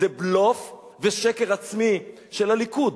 זה בלוף ושקר עצמי של הליכוד,